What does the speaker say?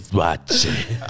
watching